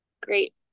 Great